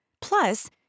Plus